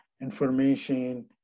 information